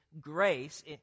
grace